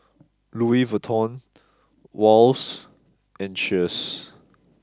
Louis Vuitton Wall's and Cheers